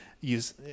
Use